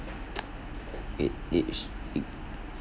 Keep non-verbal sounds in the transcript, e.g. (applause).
(noise) it it should it